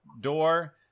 door